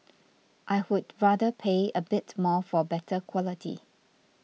I would rather pay a bit more for better quality